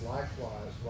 Likewise